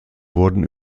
wurden